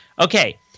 okay